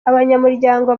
abanyamuryango